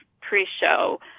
pre-show